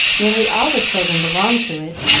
nearly all the children belonged to it,